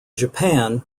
japan